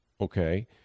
okay